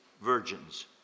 virgins